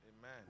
Amen